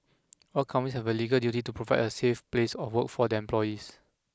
all companies have a legal duty to provide a safe place of work for their employees